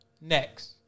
next